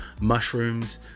mushrooms